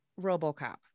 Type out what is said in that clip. RoboCop